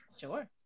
sure